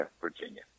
Virginia